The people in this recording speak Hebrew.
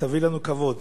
תביא לנו כבוד.